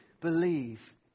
believe